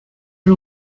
ari